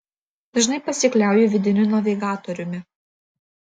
dažnai pasikliauju vidiniu navigatoriumi